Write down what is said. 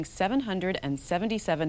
$777